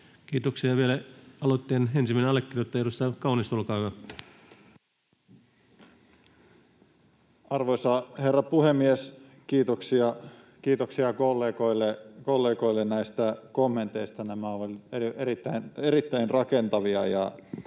Kiitoksia. — Vielä aloitteen ensimmäinen allekirjoittaja, edustaja Kaunisto, olkaa hyvä. Arvoisa herra puhemies! Kiitoksia kollegoille näistä kommenteista. Nämä ovat erittäin rakentavia.